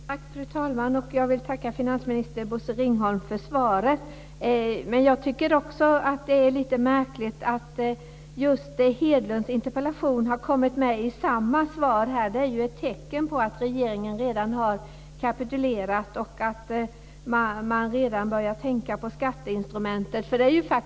Fru talman! Jag vill tacka finansminister Bosse Ringholm för svaret. Också jag tycker att det är lite märkligt att Carl Erik Hedlunds interpellation kommit med i samma svar. Det är ett tecken på att regeringen redan kapitulerat och att man redan börjar tänka på skatteinstrumentet.